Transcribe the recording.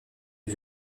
est